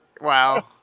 Wow